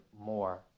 more